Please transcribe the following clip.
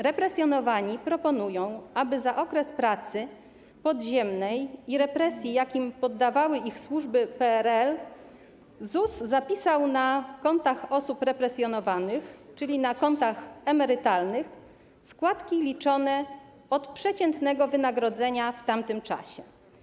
Represjonowani proponują, aby za okres pracy podziemnej i represji, jakim poddawały ich służby PRL, ZUS zapisał na kontach osób represjonowanych, tj. na ich kontach emerytalnych, składki liczone od przeciętnego wynagrodzenia w tamtym czasie.